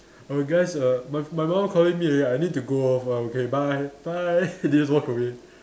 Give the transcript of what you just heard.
err guys err my my mum calling me already I need to go off first okay bye bye then just walk away